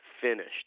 finished